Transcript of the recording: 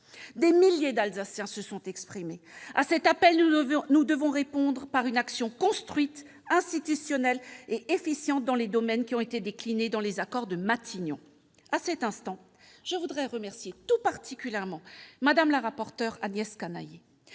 Des milliers d'Alsaciens se sont exprimés. À cet appel, nous devons répondre par une action construite, institutionnelle et efficiente dans les domaines qui ont été déclinés dans l'accord de Matignon. À cet instant, je veux remercier tout particulièrement Mme la rapporteur, Agnès Canayer,